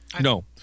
no